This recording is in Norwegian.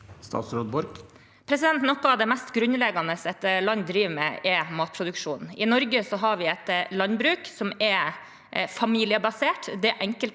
Sandra Borch Noe av det mest grunnleggende et land driver med, er matproduksjon. I Norge har vi et landbruk som er familiebasert.